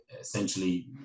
essentially